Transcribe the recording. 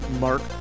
Mark